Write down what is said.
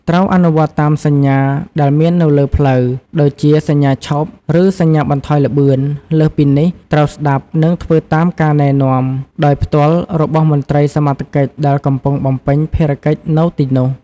ត្រូវ អនុវត្តតាមសញ្ញា ដែលមាននៅលើផ្លូវ ដូចជាសញ្ញាឈប់ ឬសញ្ញាបន្ថយល្បឿន លើសពីនេះ ត្រូវស្តាប់ និងធ្វើតាមការណែនាំដោយផ្ទាល់របស់មន្ត្រីសមត្ថកិច្ចដែលកំពុងបំពេញភារកិច្ចនៅទីនោះ។